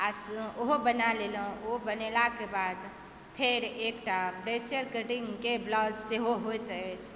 आओर ओहो बना लेलहुँ ओ बनेलाक बाद फेर एकटा ब्रेशियर कटिंगके ब्लाउज सेहो होइत अछि